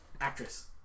Actress